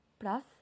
plus